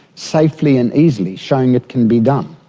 safely and easily, showing it can be done.